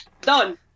done